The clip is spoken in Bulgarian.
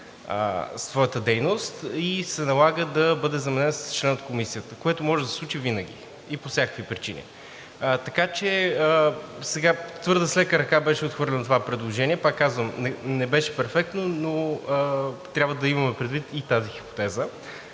своята дейност и се налага да бъде заменен с член от Комисията, което може да се случи винаги и по всякакви причини. Така че сега твърде с лека ръка беше отхвърлено това предложение, пак казвам, не беше перфектно, но трябва да имаме предвид и тази хипотеза.